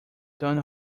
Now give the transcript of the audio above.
don